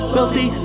Wealthy